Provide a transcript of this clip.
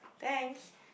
thanks